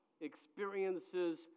experiences